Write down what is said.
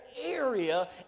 area